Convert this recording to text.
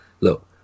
look